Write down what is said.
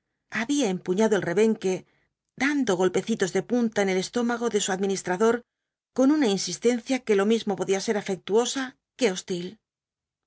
había empuñado el rebenque dando golpecitos de punta en el estóraag o de su administrador con una insistencia que lo mismo podía ser afectuosa que hostil